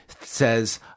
says